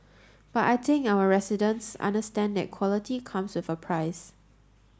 but I think our residents understand that quality comes with a price